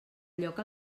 lloc